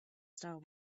star